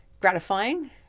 gratifying